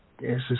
Yes